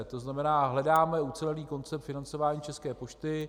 To znamená, hledáme ucelený koncept financování České pošty.